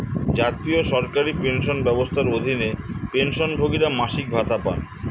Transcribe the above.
জাতীয় সরকারি পেনশন ব্যবস্থার অধীনে, পেনশনভোগীরা মাসিক ভাতা পান